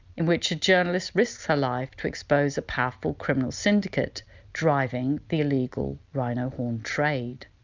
in which a journalist risks her life to expose a powerful criminal syndicate driving the illegal rhino horn trade.